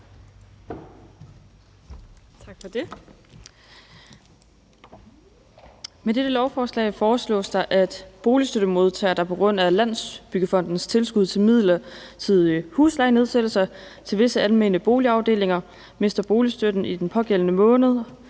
Med dette lovforslag foreslås det, at boligstøttemodtagere, der på grund af Landsbyggefondens tilskud til midlertidige huslejenedsættelser til visse almene boligafdelinger mister boligstøtten i den pågældende måned,